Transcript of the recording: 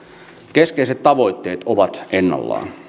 keskeiset tavoitteet ovat ennallaan